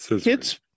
kids